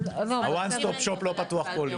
ה-ONE STOP SHOP לא פתוח כל יום.